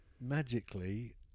magically